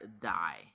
die